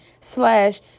slash